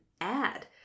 add